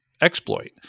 exploit